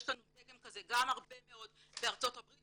יש לנו דגם כזה גם הרבה מאוד מארצות הברית,